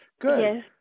Good